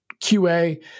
QA